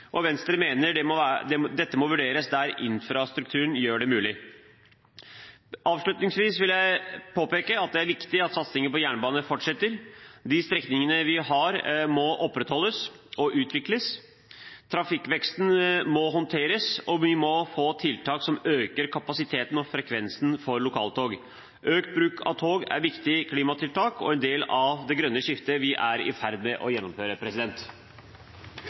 kapasiteten. Venstre mener dette må vurderes der infrastrukturen gjør det mulig. Avslutningsvis vil jeg påpeke at det er viktig at satsingen på jernbane fortsetter. De strekningene vi har, må opprettholdes og utvikles. Trafikkveksten må håndteres, og vi må få tiltak som øker kapasiteten og frekvensen for lokaltog. Økt bruk av tog er viktige klimatiltak og en del av det grønne skiftet vi er i ferd med å gjennomføre.